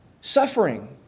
suffering